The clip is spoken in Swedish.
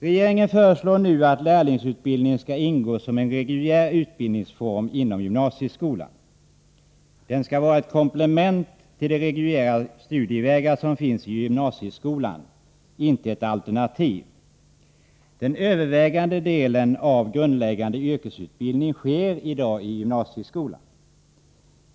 Regeringen föreslår nu att lärlingsutbildningen skall ingå som en reguljär utbildningsform inom gymnasieskolan. Den skall vara ett komplement till de reguljära studievägar som finns i gymnasieskolan, inte ett alternativ. Den övervägande delen av grundläggande yrkesutbildning sker i dag i gymnasieskolan.